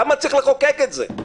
למה צריך לחוקק את זה?